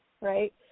right